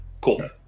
Cool